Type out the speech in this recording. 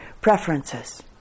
preferences